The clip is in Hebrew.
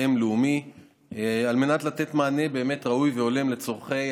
אם לאומי על מנת לתת מענה ראוי והולם לצורכי